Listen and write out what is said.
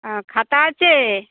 আ খাতা আছে